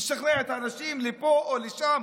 לשכנע את האנשים לפה או לשם,